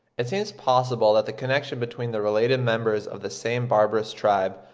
it seems possible that the connection between the related members of the same barbarous tribe,